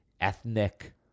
ethnic